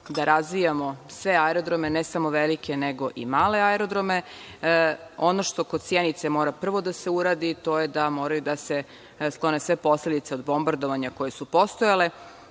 da razvijamo sve aerodrome, ne samo velike, nego i male aerodrome. Ono što kod Sjenice mora prvo da se uradi, to je da moraju da se sklone sve posledice od bombardovanja koje su postojale,